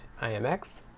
IMX